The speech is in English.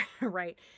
right